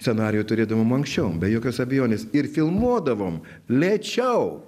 scenarijų turėdavom anksčiau be jokios abejonės ir filmuodavom lėčiau